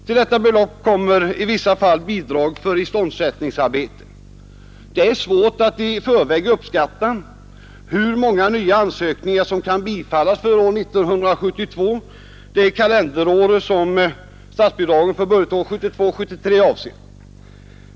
Till detta belopp kommer i vissa fall bidrag för iståndsättningsarbeten. Det är svårt att i förväg uppskatta hur många nya ansökningar som kan bifallas för år 1972, det kalenderår som statsbidraget för budgetåret 1972/73 avser.